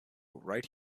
right